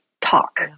talk